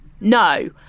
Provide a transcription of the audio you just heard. No